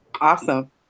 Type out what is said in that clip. Awesome